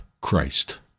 Christ